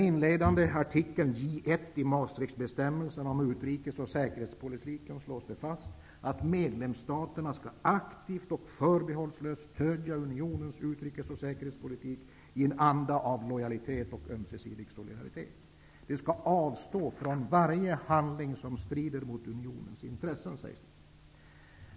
Maastrichtbestämmelserna om utrikes och säkerhetspolitiken slås följande fast: ''Medlemsstaterna skall aktivt och förbehållslöst stödja unionens utrikes och säkerhetspolitik i en anda av lojalitet och ömsesidig solidaritet. De skall avstå från varje handling som strider mot unionens intressen.''